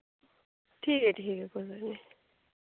ठीक ऐ ठीक ऐ कोई गल्ल निं